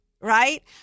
right